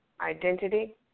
Identity